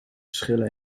schillen